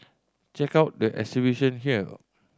check out the exhibition here